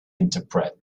interpret